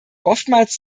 oftmals